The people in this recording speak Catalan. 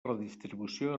redistribució